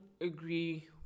agree